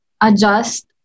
adjust